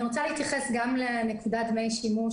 אני רוצה להתייחס גם לנקודת דמי שימוש,